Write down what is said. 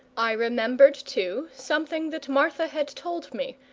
i remembered, too, something that martha had told me,